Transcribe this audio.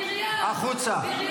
פשוט בריון, בריון.